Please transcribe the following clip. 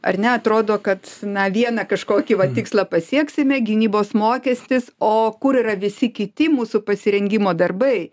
ar ne atrodo kad na vieną kažkokį tikslą pasieksime gynybos mokestis o kur yra visi kiti mūsų pasirengimo darbai